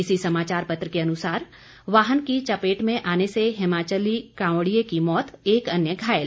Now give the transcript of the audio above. इसी समाचार पत्र के अनुसार वाहन की चपेट में आने से हिमाचली कांवड़िए की मौत एक अन्य घायल